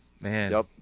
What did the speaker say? man